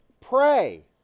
Pray